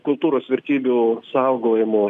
kultūros vertybių saugojimo